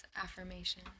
affirmation